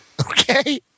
Okay